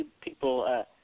people